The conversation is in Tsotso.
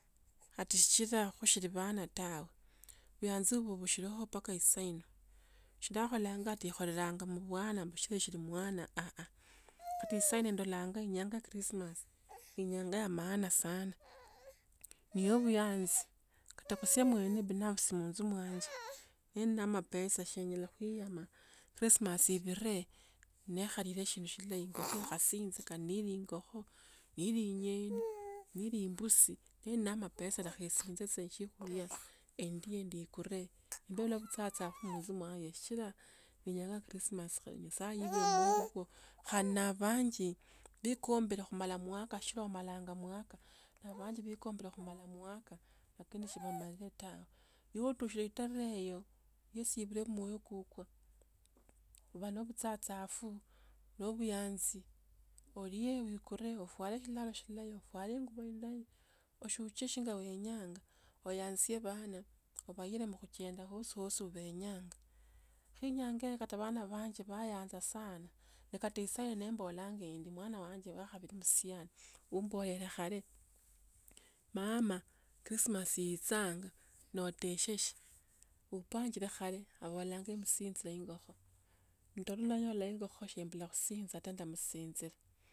Khatichira khushiripana tawe, buyanzi bubusilikho mpaka esaino, chi ndakhola ati khalolanga mubwana aa, kati saino ndola inyanga ya christmas, inyanga ya maana sana. Ne ya obuyanzi, katokho semwini binafsi monzo mwanji, ne nda na mapesa shinyala khuiyama krismasi iphiree nekhabile sindu silayi nili ingokho, nili nyeini, nili imbusi na mapesa lakhesinje senchikulia, endie ndi kure inyanga ya krismas nyasaye yebulwa mmoyo kukwo khai n abhanji bekombile khumala mwaka mala sa mala mwaka ta. Ibe otushile tarehe hiyo, usubile mmoyo kukwo. mtsamtsafu mbuyanzi. olie uikure. uifuare siraro silayi. uyanzie bana ubaile kuchenda bosibosi benya. Khe inyanga ino kata bana bange bayaanza sana. kata saina mwana wanje wakhabili yakhumbolela khale. Mama krismas itchanga ndeshe shi. Upangile khale abola msinjile ingokho. nemba na ingokho senyala kusinjata. ndamsinjila.